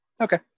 Okay